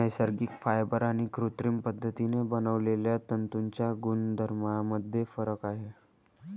नैसर्गिक फायबर आणि कृत्रिम पद्धतीने बनवलेल्या तंतूंच्या गुणधर्मांमध्ये फरक आहे